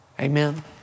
Amen